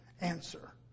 answer